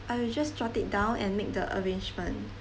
I will just jot it down and make the arrangement